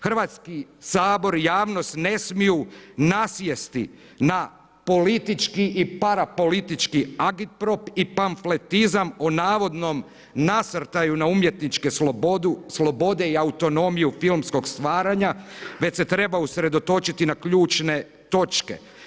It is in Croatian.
Hrvatski sabor i javnost ne smiju nasjesti na politički i parapolitički agiprop i pamfletizam o navodnom nasrtaju na umjetničke slobode i autonomiju filmskog stvaranja već se treba usredotočiti na ključne točke.